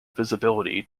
visibility